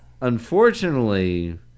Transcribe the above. Unfortunately